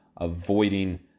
avoiding